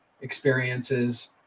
experiences